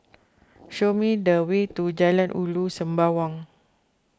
show me the way to Jalan Ulu Sembawang